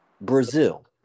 Brazil